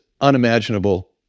unimaginable